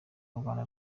rwanda